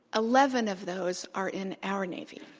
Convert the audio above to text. eleven of those are in our navy.